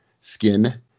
skin